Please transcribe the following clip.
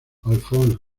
alphonse